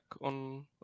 on